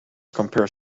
compare